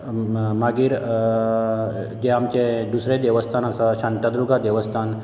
मागीर ते आमचे दुसरे देवस्थान आसा शांतादूर्गा देवस्थान